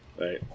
Right